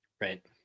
Right